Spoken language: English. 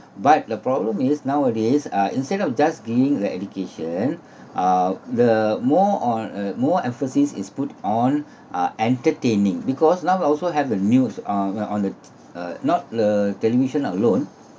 but the problem is nowadays uh instead of just giving the education uh the more on a more emphasis is put on uh entertaining because now also have the news on uh on the t~ uh not the television alone